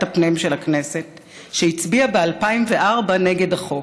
הפנים של הכנסת שהצביע ב-2004 נגד החוק.